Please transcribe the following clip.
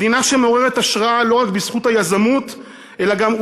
מדינה שמעוררת השראה לא רק בזכות היזמות אלא גם,